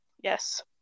yes